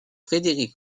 frédérick